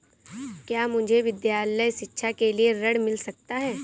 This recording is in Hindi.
क्या मुझे विद्यालय शिक्षा के लिए ऋण मिल सकता है?